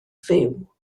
fyw